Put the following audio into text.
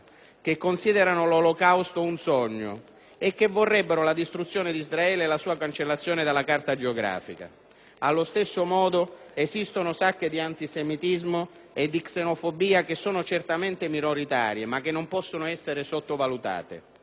che considerano l'Olocausto «un sogno», e che vorrebbero la distruzione di Israele e la sua cancellazione dalla carta geografica. Allo stesso modo, esistono sacche di antisemitismo e di xenofobia che sono certamente minoritarie ma che non possono essere sottovalutate.